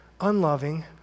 unloving